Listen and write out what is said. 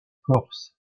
corse